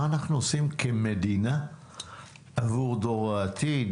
עושים כמדינה עבור דור העתיד,